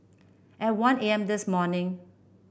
at one A M this morning